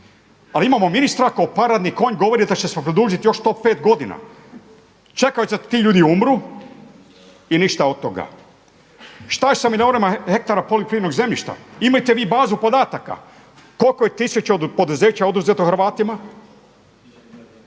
a imamo ministra kao paradni konj govori da će se to produžiti još to pet godina. Čekaju da ti ljudi umru i ništa od toga. Šta je sa milijunima hektara … zemljišta? Imate vi bazu podataka koliko je tisuća poduzeća oduzeto Hrvatima,